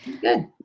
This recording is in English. Good